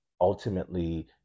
ultimately